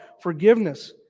forgiveness